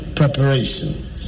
preparations